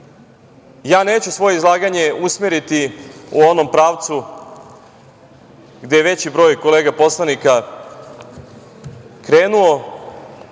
ja neću svoje izlaganje usmeriti u onom pravcu gde je veći broj kolega poslanika krenuo